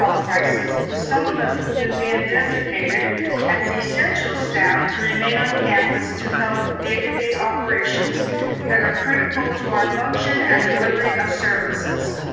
health crisis, with some of us even being designated as essential staff to remain on campus to help with day-to-day operations that are critical to our function and delivery of services.